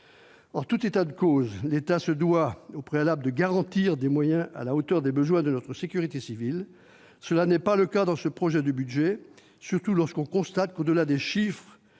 En tout état de cause, l'État se doit, au préalable, de garantir des moyens à la hauteur des besoins de notre sécurité civile. Ce n'est pas le cas dans ce projet de budget : au-delà des chiffres